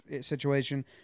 situation